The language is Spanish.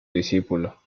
discípulo